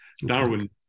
Darwin